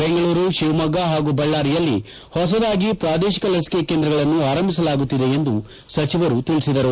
ಬೆಂಗಳೂರು ಶಿವಮೊಗ್ಗ ಹಾಗೂ ಬಳ್ಳಾರಿಯಲ್ಲಿ ಹೊಸದಾಗಿ ಪ್ರಾದೇಶಿಕ ಲಸಿಕೆ ಕೇಂದ್ರಗಳನ್ನು ಆರಂಭಿಸಲಾಗುತ್ತಿದೆ ಎಂದು ಸಚಿವರು ತಿಳಿಸಿದರು